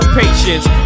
patience